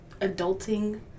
adulting